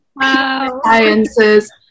sciences